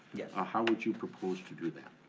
yeah ah how would you propose to do that?